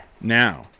Now